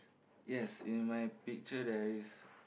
yes in my picture there is